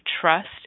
trust